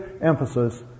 emphasis